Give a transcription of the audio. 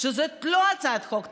שזאת לא הצעת חוק תקציבית,